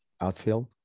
outfield